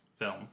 film